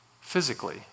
physically